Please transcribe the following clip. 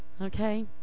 Okay